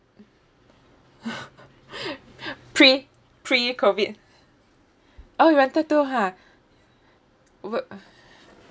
pre pre-COVID oh you wanted to ha wh~